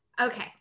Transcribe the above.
okay